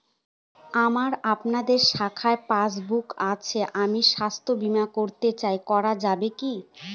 আমার আপনাদের শাখায় পাসবই আছে আমি স্বাস্থ্য বিমা করতে চাই করা যাবে কি?